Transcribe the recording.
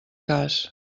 cas